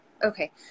Okay